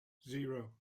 zero